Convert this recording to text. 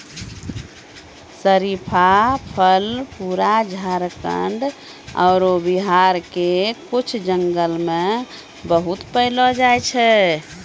शरीफा फल पूरा झारखंड आरो बिहार के कुछ जंगल मॅ बहुत पैलो जाय छै